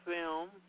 film